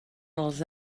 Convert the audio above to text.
els